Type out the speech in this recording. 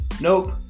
Nope